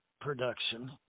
production